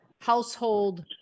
household